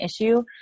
issue